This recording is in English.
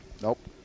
Nope